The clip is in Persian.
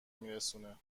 میرسونه